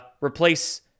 replace